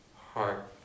heart